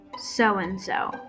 so-and-so